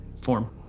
form